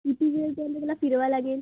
किती वेळपर्यंत त्याला फिरवावं लागेल